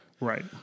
Right